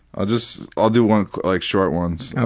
i'll just i'll do one, like, short ones.